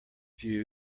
view